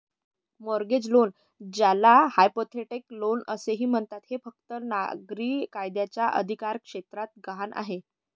mortgage loan, ज्याला hypothecate loan असेही म्हणतात, हे फक्त नागरी कायद्याच्या अधिकारक्षेत्रात गहाण आहे